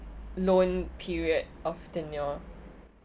loan period of tenure